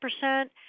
percent